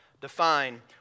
define